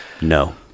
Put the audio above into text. No